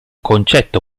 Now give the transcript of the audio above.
concetto